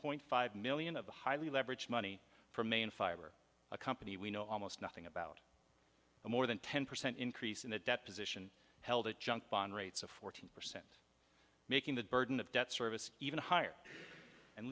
point five million of the highly leveraged money from main fiber a company we know almost nothing about more than ten percent increase in the debt position held at junk bond rates of fourteen percent making the burden of debt service even higher and